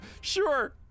Sure